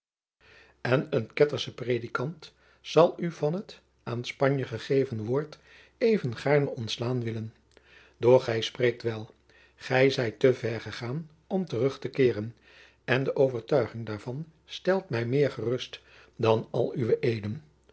en een kettersche predikant zal u van het aan spanje gegeven woord even gaarne ontslaan willen doch gij spreekt wel gij zijt te ver gegaan om terug te keeren en de overtuiging daarvan stelt mij meer gerust dan al uwe eeden